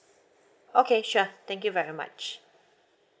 okay sure thank you very much